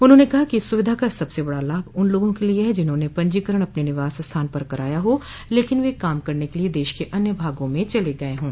उन्होंने कहा कि इस सुविधा का सबसे बड़ा लाभ उन लोगों के लिए है जिन्होंने पंजीकरण अपने निवास स्थान पर कराया हो लेकिन वे काम करने के लिए देश के अन्य भागों में चले गए हों